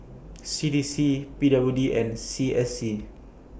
C D C P W D and C S C